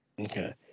Okay